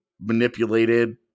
manipulated